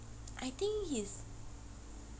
I think he's